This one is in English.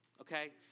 okay